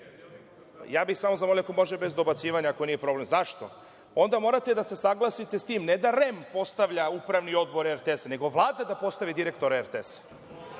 bih zamolio ako može bez dobacivanja, ako nije problem.Zašto? Onda morate da se saglasite sa tim ne da REM postavlja Upravni odbor RTS, nego Vlada da postavi direktora RTS.